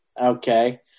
okay